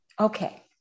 okay